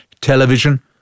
television